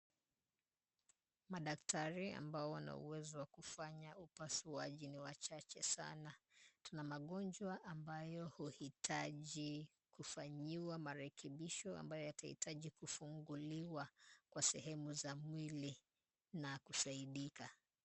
Madaktari ambao wana uwezo wa kufanya upasuaji ni wachache sana. Tuna magonjwa ambayo huhitaji kufanyiwa marekebisho ambayo yatahitaji kufunguliwa kwa sehemu za mwili na kusaidika.